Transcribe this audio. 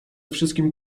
wszystkim